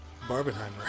barbenheimer